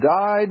died